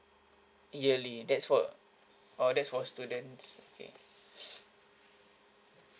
yearly that's for oh that's for students okay